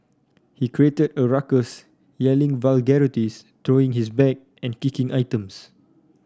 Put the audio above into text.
he created a ruckus yelling vulgarities throwing his bag and kicking items